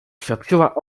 świadczyła